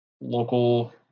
local